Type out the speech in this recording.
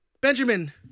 Benjamin